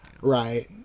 Right